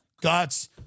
guts